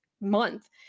month